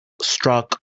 struck